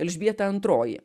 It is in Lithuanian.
elžbieta antroji